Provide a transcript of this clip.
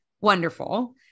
wonderful